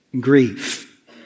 grief